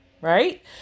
right